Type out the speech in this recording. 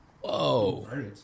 whoa